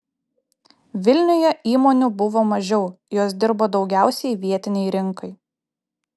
vilniuje įmonių buvo mažiau jos dirbo daugiausiai vietinei rinkai